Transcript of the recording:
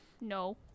No